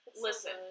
Listen